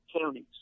counties